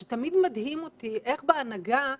זה תמיד מדהים אותי איך בהנהגה יש,